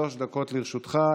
שלוש דקות לרשותך.